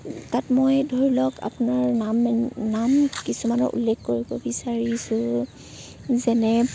তাত মই ধৰি লওক আপোনাৰ নাম মে নাম কিছুমান উল্লেখ কৰিব বিচাৰিছোঁ যেনে